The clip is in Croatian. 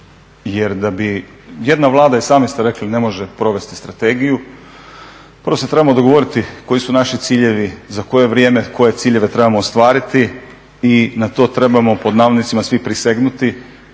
Jer da bi jedna Vlada, i sami ste rekli ne može provesti strategiju, prvo se trebamo dogovoriti koji su naši ciljevi za koje vrijeme koje ciljeve trebamo ostvariti i na to trebamo pod navodnicima svi "prisegnuti",